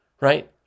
Right